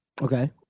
Okay